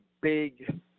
big